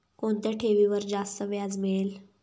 कोणत्या ठेवीवर जास्त व्याज मिळेल?